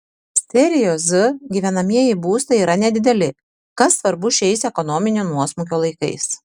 serijos z gyvenamieji būstai yra nedideli kas svarbu šiais ekonominio nuosmukio laikais